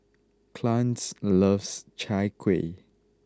Clarnce loves Chai Kueh